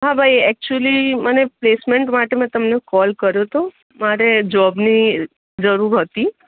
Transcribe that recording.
હા ભાઈ એક્ચુલી મને પ્લેસમેન્ટ માટે મેં તમને કોલ કર્યો હતો મારે જોબની જરૂર હતી